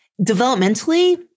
Developmentally